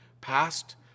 past